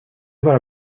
bara